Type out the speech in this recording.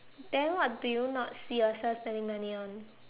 then what do you not see yourself spending money on